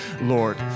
Lord